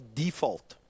default